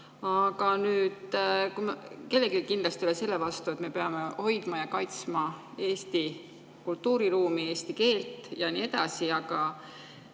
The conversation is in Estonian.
Aga nüüd, keegi kindlasti ei ole selle vastu, et me peame hoidma ja kaitsma oma kultuuriruumi, eesti keelt ja nii edasi. Te